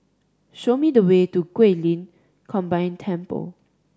show me the way to Guilin Combined Temple